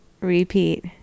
Repeat